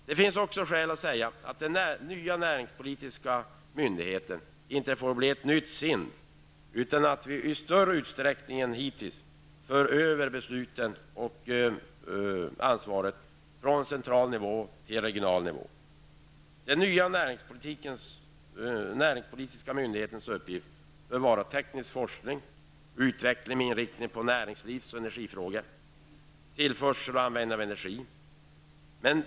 Det finns anledning att påpeka att den nya näringspolitiska myndigheten inte får bli ett nytt SIND, utan besluten och ansvaret måste i större utsträckning än hittills föras över från central till regional nivå. Den nya näringspolitiska myndighetens uppgift bör vara teknisk forskning, utveckling med inriktning på näringslivs och energifrågor samt tillförsel och användning av energi.